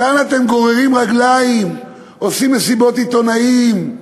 כאן אתם גוררים רגליים, עושים מסיבות עיתונאים,